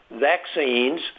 vaccines